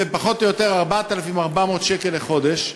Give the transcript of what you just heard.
זה פחות או יותר 4,400 שקל לחודש,